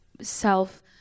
self